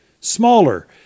smaller